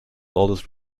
oldest